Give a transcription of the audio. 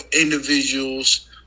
individuals